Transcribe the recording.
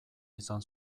izan